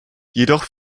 jedoch